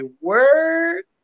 word